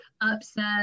upset